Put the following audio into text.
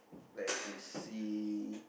let me see